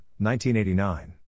1989